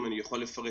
אני יכול לפרט.